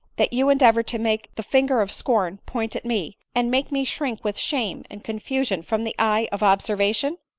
that you endeavor to make the finger of scorn point at me, and make me shrink with shame and confusion from the eye of observation?